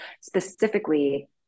specifically